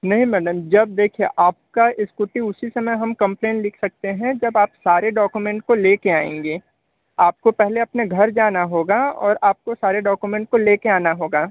नहीं मैडम जब देखिए आपका स्कूटी उसी समय हम कंप्लेन लिख सकते हैं जब आप सारे डॉकोमेंट को ले कर आएंगी आपको पहले अपने घर जाना होगा और आपको सारे डॉकोमेंट को ले कर आना होगा